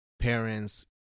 parents